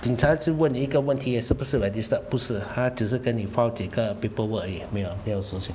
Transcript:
警察就问你一个问题而已是不是 registered 不是他只是跟你 file 几个 paper work 而已没有了没有事情